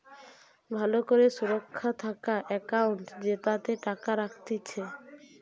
ভালো করে সুরক্ষা থাকা একাউন্ট জেতাতে টাকা রাখতিছে